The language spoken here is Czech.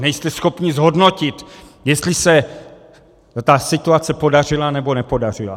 Nejste schopni zhodnotit, jestli se ta situace podařila, nebo nepodařila.